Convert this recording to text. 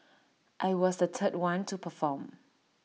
I was the third one to perform